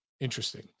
Interesting